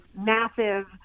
massive